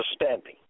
understanding